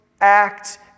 act